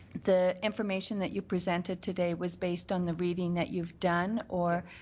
the information that you presented today was based on the reading that you've done or